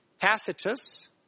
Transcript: Tacitus